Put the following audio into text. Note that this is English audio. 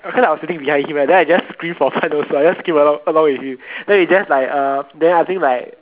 because I was sitting behind him then I just scream for fun also I just scream along along with him then he just like uh then I think like